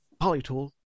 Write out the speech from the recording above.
polytool